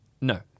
No